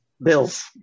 Bills